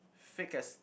thick as